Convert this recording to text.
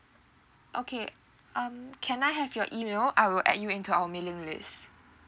okay um can I have your email I will add you into our mailing list